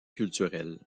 culturelle